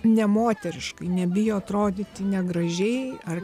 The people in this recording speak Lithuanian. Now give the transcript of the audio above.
nemoteriškai nebijo atrodyti negražiai ar